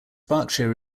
berkshire